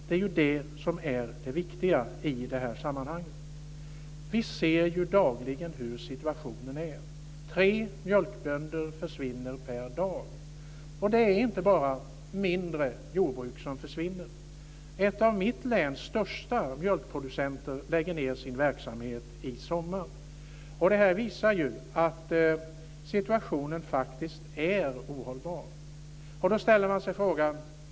Det är ju det som är det viktiga i det här sammanhanget. Vi ser dagligen hur situationen är. Tre mjölkbönder försvinner per dag. Det är inte bara mindre jordbruk som försvinner. En av mitt läns största mjölkproducenter lägger ned sin verksamhet i sommar. Det här visar att situationen faktiskt är ohållbar.